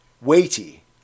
weighty